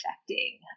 affecting